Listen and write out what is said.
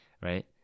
right